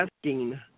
asking